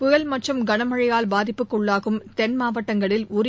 புயல் மற்றும் கனமழையால் பாதிப்புக்குள்ளாகும் தென் மாவட்டங்களில் உரிய